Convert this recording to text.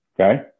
okay